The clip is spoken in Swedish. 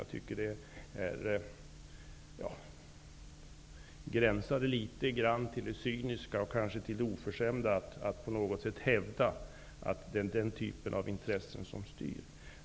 Jag tycker att det gränsar litet grand till det cyniska och kanske till det oförskämda att på något sätt hävda att det är den typen av intressen som styr.